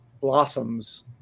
blossoms